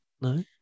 No